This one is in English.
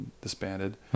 disbanded